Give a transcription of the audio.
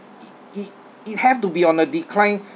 it it it have to be on a decline